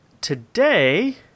today